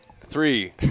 Three